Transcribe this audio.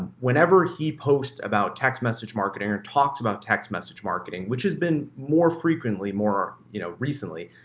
whenever he posts about text message marketing or talks about text message marketing, which has been more frequently more, you know, recently